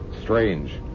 strange